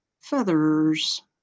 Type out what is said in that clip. feathers